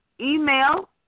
email